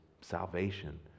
salvation